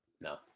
No